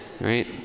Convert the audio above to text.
right